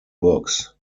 books